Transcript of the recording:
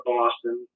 Boston